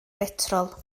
betrol